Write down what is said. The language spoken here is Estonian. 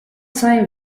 sain